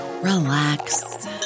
relax